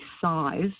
size